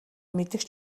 мэдэх